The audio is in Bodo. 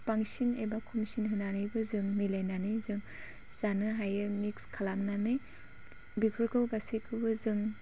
बांसिन एबा खमसिन होनानैबो जों मिलायनानै जों जानो हायो मिक्स खालामनानै बेफोरखौ गासैखौबो जों